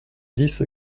dix